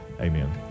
Amen